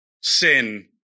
sin